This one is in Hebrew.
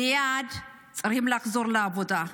מייד צריכים לחזור לעבודה,